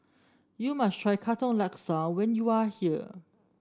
you must try Katong Laksa when you are here